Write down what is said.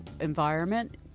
environment